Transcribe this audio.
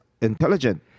intelligent